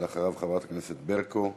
אחריו, חברי הכנסת ברקו,